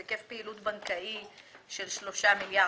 היקף פעילות בנקאית של 3 מיליארד,